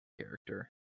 character